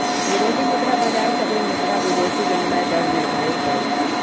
विदेशी मुद्रा बाजार सभे मुद्रा विदेशी विनिमय दर निर्धारित करई छई